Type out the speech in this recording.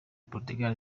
portugal